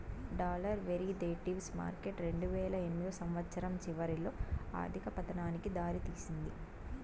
dollar derivatives market రెండువేల ఎనిమిదో సంవచ్చరం చివరిలో ఆర్థిక పతనానికి దారి తీసింది